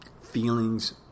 feelings